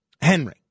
Henry